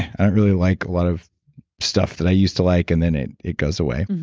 i don't really like lot of stuff that i used to like, and then it it goes away.